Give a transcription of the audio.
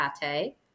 pate